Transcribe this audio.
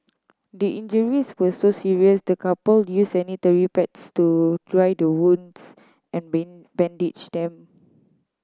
the injuries were so serious the couple used sanitary pads to dry the wounds and bandage them